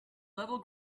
level